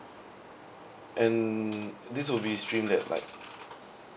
and this will be stream at like